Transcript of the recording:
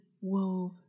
wove